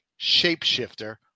shapeshifter